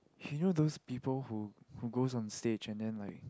he know those people who who goes on stage and then like